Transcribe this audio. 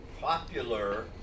popular